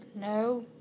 no